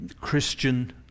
Christian